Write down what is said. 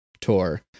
Tour